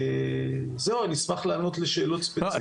זהו, אני אשמח לענות לשאלות ספציפיות.